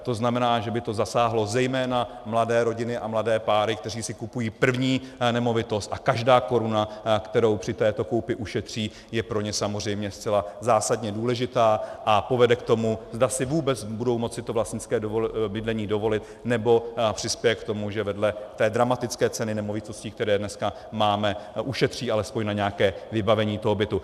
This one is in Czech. To znamená, že by to zasáhlo zejména mladé rodiny a mladé páry, které si kupují první nemovitost, a každá koruna, kterou při této koupi ušetří, je pro ně samozřejmě zcela zásadně důležitá a povede k tomu, zda si vůbec budou moci to vlastnické bydlení dovolit, nebo přispěje k tomu, že vedle té dramatické ceny nemovitostí, které dneska máme, ušetří alespoň na nějaké vybavení toho bytu.